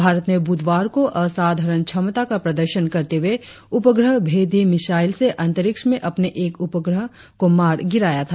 भारत ने बुधवार को असाधारण क्षमता का प्रदर्शन करते हुए उपग्रहभेदी मिसाइल से अंतरिक्ष में अपने एक उपग्रह को मार गिराया था